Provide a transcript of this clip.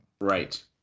Right